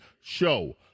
show